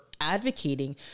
advocating